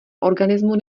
organismu